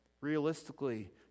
realistically